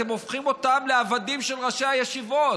אתם הופכים אותם לעבדים של ראשי הישיבות.